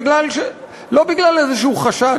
לא בגלל איזה חשד,